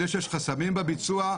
זה שיש חסמים בביצוע,